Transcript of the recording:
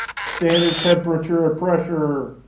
standard temperature and pressure,